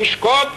תשקוד